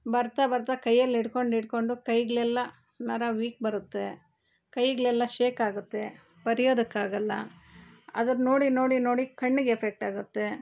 ಬರ್ತಾ ಬರ್ತಾ ಕೈಯಲ್ಲಿ ಹಿಡ್ಕೊಂಡು ಹಿಡ್ಕೊಂಡು ಕೈಗಳೆಲ್ಲ ನರ ವೀಕ್ ಬರುತ್ತೆ ಕೈಗಳೆಲ್ಲ ಶೇಕ್ ಆಗುತ್ತೆ ಬರಿಯೋದಕ್ಕೆ ಆಗಲ್ಲ ಅದುನ್ನ ನೋಡಿ ನೋಡಿ ನೋಡಿ ಕಣ್ಣಿಗೆ ಎಫೆಕ್ಟ್ ಆಗುತ್ತೆ